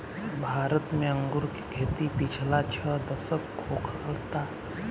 भारत में अंगूर के खेती पिछला छह दशक होखता